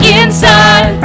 inside